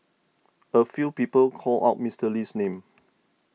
a few people called out Mister Lee's name